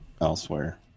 elsewhere